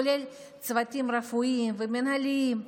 כולל צוותים רפואיים ומנהלים,